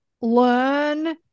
learn